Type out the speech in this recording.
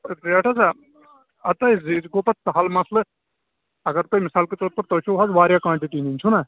rate ہسا اَتھ ہَے یہِ گوٚو پتہٕ سَہل مسلہٕ اگر تُہۍ مِثال کَے طور پر تۄہہِ چھُو حظ واریاہ کوانٹِٹی نِنۍ چھُناہ